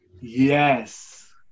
Yes